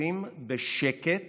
יושבים בשקט